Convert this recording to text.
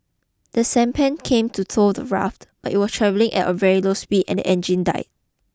the sampan came to tow the raft but it was travelling at a very slow speed and the engine died